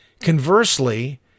Conversely